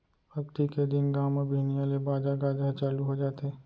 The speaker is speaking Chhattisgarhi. अक्ती के दिन गाँव म बिहनिया ले बाजा गाजा ह चालू हो जाथे